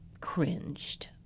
cringed